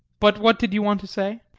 but what did you want to say?